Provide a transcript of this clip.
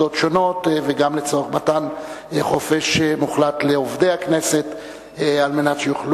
/ 9 באוגוסט 2010 / 37 חוברת ל"ז ישיבה ק"ס כנס מיוחד